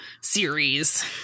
series